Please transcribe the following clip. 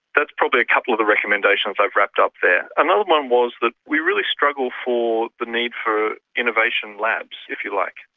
that's probably a couple of the recommendations i've wrapped up there. another one was that we really struggle for the need for innovation labs, if you like.